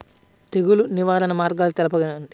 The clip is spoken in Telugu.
తెగులు నివారణ మార్గాలు తెలపండి?